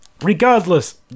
Regardless